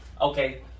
okay